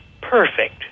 perfect